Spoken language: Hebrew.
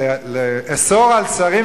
לאסור על שרים,